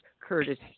Curtis